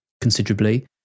considerably